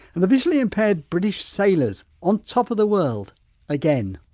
and the visually impaired british sailors on top of the world again.